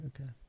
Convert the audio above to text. okay